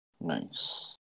Nice